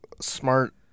smart